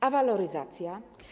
A waloryzacja?